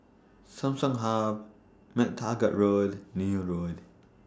Samsung Hub MacTaggart Road Neil Road